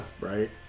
Right